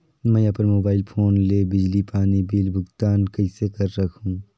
मैं अपन mobile phone ले बिजली पानी बिल भुगतान कइसे कर सकहुं?